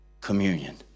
communion